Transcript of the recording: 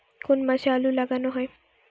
কোন মাসে আলু লাগানো হয়?